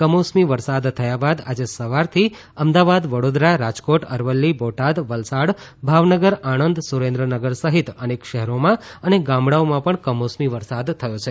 કમોસમી વરસાદ થયા બાદ આજે સવારથી અમદાવાદ વડોદરા રાજકોટ અરવલ્લી બોટાદ વલસાડ ભાવનગર આણંદ સુરેન્દ્રનગર સહિત અનેક શહેરોમાં અને ગામડાઓમાં પણ કમોસમી વરસાદ થયો છે